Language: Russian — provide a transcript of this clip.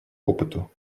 опыту